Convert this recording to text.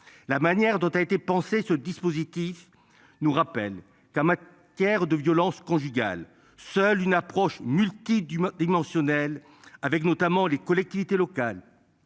la manière dont a été pensé ce dispositif. Nous rappelle qu'à ma Pierre de violences conjugales, seule une approche multi-du dimensionnelle avec notamment les collectivités locales.